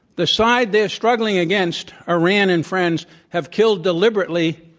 the side they're struggling against, iran and friends, have killed deliberately,